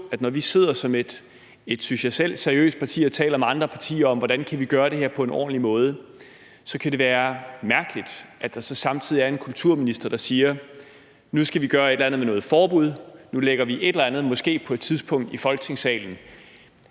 at når vi sidder som et, synes jeg selv, seriøst parti og taler med andre partier om, hvordan vi kan gøre det her på en ordentlig måde, så kan det være mærkeligt, at der så samtidig er en kulturminister, der siger: Nu skal vi gøre et eller andet med noget forbud – nu lægger vi et eller andet, måske, på et tidspunkt, i Folketingssalen?